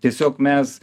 tiesiog mes